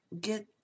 get